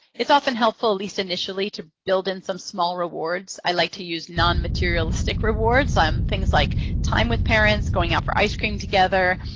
it's often helpful, at least initially, to build in some small rewards. i like to use non-materialistic rewards, things like time with parents, going out for ice cream together,